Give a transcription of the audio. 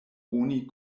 oni